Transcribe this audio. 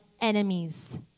enemies